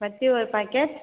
பத்தி ஒரு பாக்கெட்